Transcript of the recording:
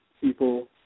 people